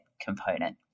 component